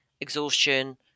exhaustion